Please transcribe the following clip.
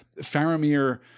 Faramir